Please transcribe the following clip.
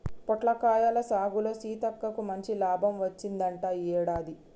పొట్లకాయల సాగులో సీతక్కకు మంచి లాభం వచ్చిందంట ఈ యాడాది